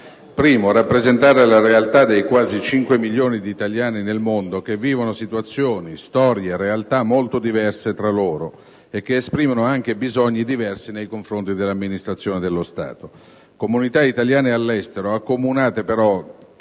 volto a rappresentare la realtà dei quasi 5 milioni di italiani nel mondo che vivono situazioni, storie e realtà molto diverse tra loro e che esprimono anche bisogni diversi nei confronti dell'Amministrazione dello Stato; comunità italiane all'estero accomunate, però, tutte